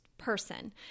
person